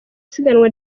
isiganwa